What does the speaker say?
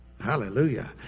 Hallelujah